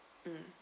mm